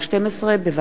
בוועדת העבודה,